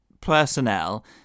personnel